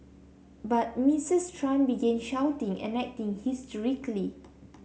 but Mistress Tran began shouting and acting hysterically